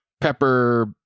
pepper